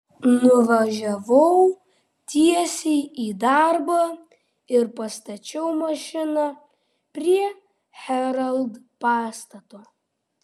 nuvažiavau tiesiai į darbą ir pastačiau mašiną prie herald pastato